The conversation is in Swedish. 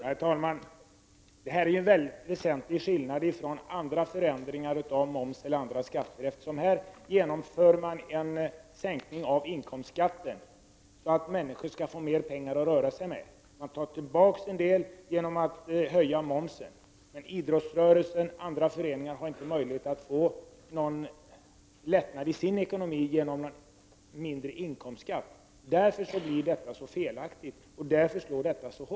Herr talman! I detta fall blir det en väsentlig skillnad i förhållande till andra förändringar av momsen eller andra skatter. Man genomför en sänkning av inkomstskatten så att människor skall få mer pengar att röra sig med. Sedan tar man tillbaka en del genom att höja momsen. Idrottsföreningarna och andra föreningar har däremot ingen möjlighet att få någon lättnad i sin ekonomi genom minskningen av inkomstskatten. Därför blir detta så fel och slår så hårt mot dem.